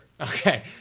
Okay